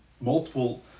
multiple